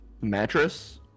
mattress